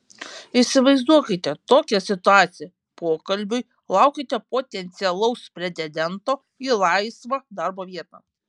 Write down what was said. įsivaizduokite tokią situaciją pokalbiui laukiate potencialaus pretendento į laisvą darbo vietą